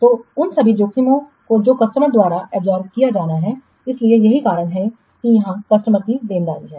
तो उन सभी जोखिमों को जो कस्टमर द्वारा अवशोषित किया जाना है इसलिए यही कारण है कि यह कस्टमर की देनदारी है